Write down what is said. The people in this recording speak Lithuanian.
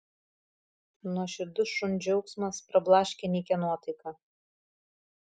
nuoširdus šuns džiaugsmas prablaškė nykią nuotaiką